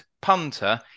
punter